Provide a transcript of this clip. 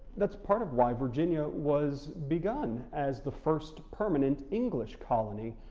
that's part of why virginia was begun as the first permanent english colony.